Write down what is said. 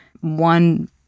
one